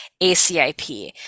ACIP